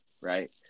right